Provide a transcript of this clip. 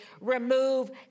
remove